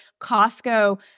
Costco